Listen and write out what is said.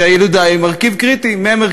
שהילודה היא מרכיב קריטי בהם,